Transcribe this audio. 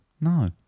No